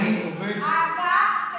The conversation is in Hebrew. כי אני אתבע אותך דיבה,